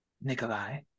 Nikolai